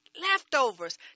Leftovers